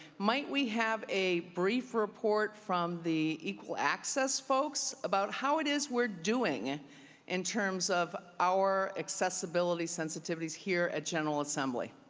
might we have a brief report from the equal access folks about what it is we're doing in terms of our accessibility sensitivities here at general assembly?